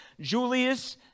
Julius